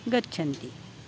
गच्छन्ति